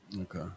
Okay